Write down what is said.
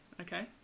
okay